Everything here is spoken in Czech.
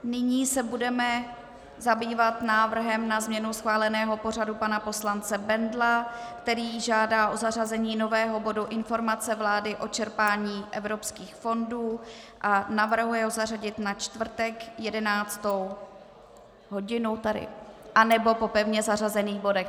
Nyní se budeme zabývat návrhem na změnu schváleného pořadu pana poslance Bendla, který žádá o zařazení nového bodu Informace vlády o čerpání evropských fondů a navrhuje ho zařadit na čtvrtek 11. hodinu nebo po pevně zařazených bodech.